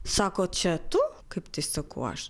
sako čia tu kaip tai sakau aš